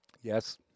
Yes